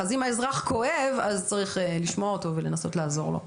אז אם האזרח כואב צריך לנסות לשמוע אותו וצריך לנסות לעזור לו.